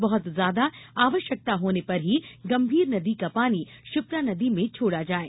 बहुत ज्यादा आवश्यकता होने पर ही गंभीर नदी का पानी क्षिप्रा नदी में छोड़ा जाये